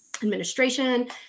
Administration